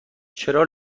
چرا